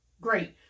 great